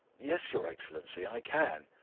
yes, your excellency, i can.